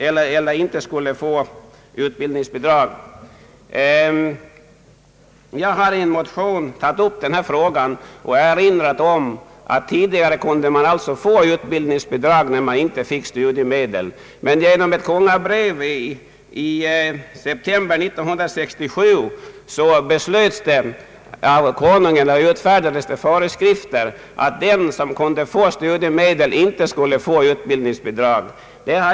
Jag har tagit upp den här frågan i en motion och erinrar om att man tidigare kunde få utbildningsbidrag, när man inte fick studiemedel. Genom ett kungabrev i september 1967 utfärdades emellertid föreskrifter om att den som kunde få studiemedel inte kunde få utbildningsbidrag.